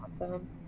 awesome